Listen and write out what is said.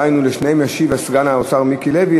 על שתיהן ישיב סגן שר האוצר מיקי לוי,